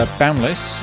boundless